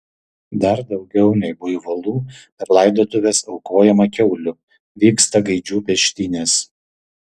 dar daugiau nei buivolų per laidotuves aukojama kiaulių vyksta gaidžių peštynės